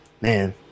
Man